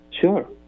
Sure